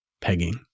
pegging